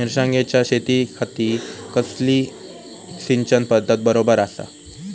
मिर्षागेंच्या शेतीखाती कसली सिंचन पध्दत बरोबर आसा?